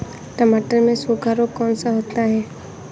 टमाटर में सूखा रोग कौन सा होता है?